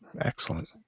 Excellent